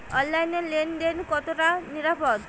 অনলাইনে লেন দেন কতটা নিরাপদ?